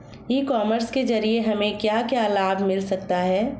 ई commerce के ज़रिए हमें क्या क्या लाभ मिल सकता है?